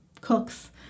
cooks